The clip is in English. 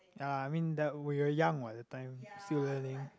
ya I mean that we were young what that time still learning